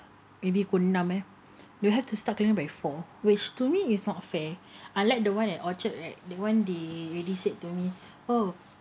maybe pukul enam ya you have to start clearing by four which to me is not fair I like the one at orchard right the one they really said to me oh